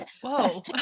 Whoa